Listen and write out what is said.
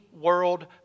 world